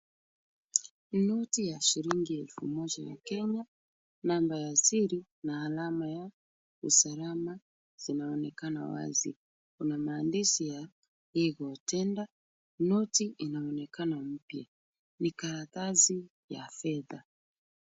Noti ya shilingi elfu moja ya Kenya, namba ya siri na alama ya usalama zinaonekana wazi. Kuna maandishi ya legal tender .Noti inaonekana mpya. Ni karatasi ya fedha.